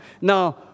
Now